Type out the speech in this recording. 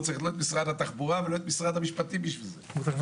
לא צריך לא את משרד התחבורה ולא את משרד המשפטים בשביל זה.